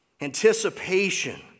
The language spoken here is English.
anticipation